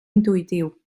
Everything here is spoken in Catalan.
intuïtiu